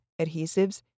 adhesives